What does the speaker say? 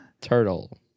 turtle